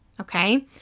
okay